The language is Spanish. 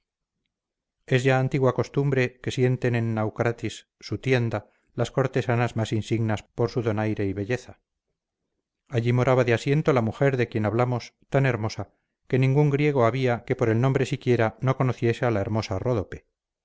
es ya antigua costumbre que sienten en naucratis su tienda las cortesanas más insignes por su donaire y belleza allí moraba de asiento la mujer de quien hablamos tan hermosa que ningún griego había que por el nombre siquiera no conociese a la hermosa ródope